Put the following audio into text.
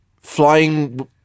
Flying